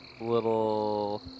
little